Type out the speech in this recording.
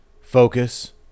focus